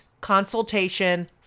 consultation